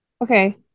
Okay